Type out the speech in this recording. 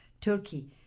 Turkey